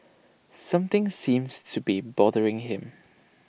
something seems to be bothering him